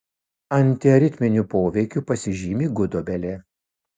antiaritminiu poveikiu pasižymi gudobelė